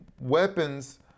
weapons